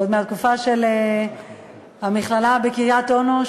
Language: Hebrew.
עוד מהתקופה של המכללה בקריית-אונו,